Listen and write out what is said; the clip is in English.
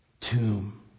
tomb